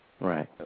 Right